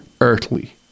earthly